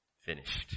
Finished